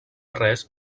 res